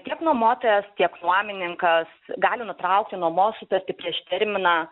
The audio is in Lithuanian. tiek nuomotojas tiek nuomininkas gali nutraukti nuomos sutartį prieš terminą